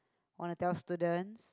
want to tell students